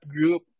group